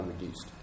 reduced